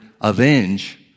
avenge